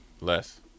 Less